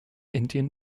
indian